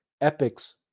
Epics